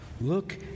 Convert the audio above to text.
Look